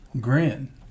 Grin